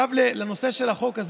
לנושא החוק,